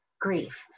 grief